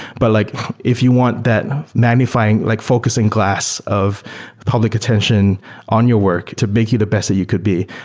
but like if you want that magnifying, like focusing glass of public attention on your work to make you the best that you could be,